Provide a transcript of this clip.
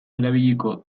erabiliko